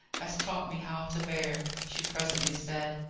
has taught me how to bear, she presently said.